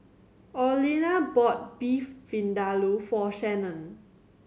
Orlena bought Beef Vindaloo for Shanon